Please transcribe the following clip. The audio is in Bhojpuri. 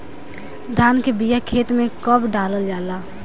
धान के बिया खेत में कब डालल जाला?